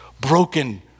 broken